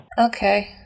Okay